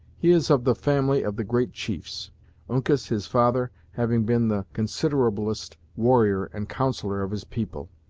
he is of the family of the great chiefs uncas, his father, having been the considerablest warrior and counsellor of his people.